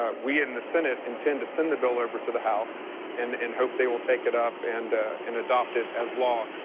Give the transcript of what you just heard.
ah we in the senate intend to send the bill over to the house and and hope they will take it up and and adopt it as law.